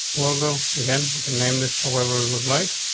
well, go. okay. okay. name this, however we would like.